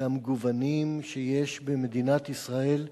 והמגוונים שיש במדינת ישראל.